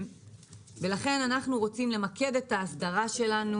לכן אנחנו רוצים למקד את האסדרה שלנו